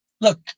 Look